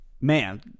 man